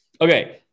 okay